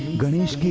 ganesh